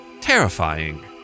terrifying